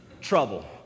Trouble